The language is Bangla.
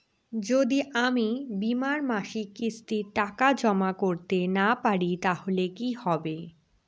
যদি আমি বীমার মাসিক কিস্তির টাকা জমা করতে না পারি তাহলে কি হবে?